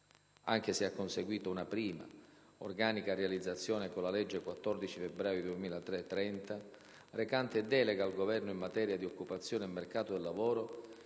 Anche se ha conseguito una prima, organica realizzazione con la legge 14 febbraio 2003, n. 30, recante delega al Governo in materia di occupazione e mercato del lavoro,